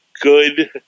good